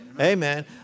Amen